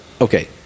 okay